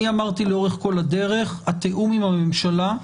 אמרתי לאורך כל הדרך, התיאום עם הממשלה,